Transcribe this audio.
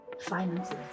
finances